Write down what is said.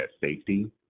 safety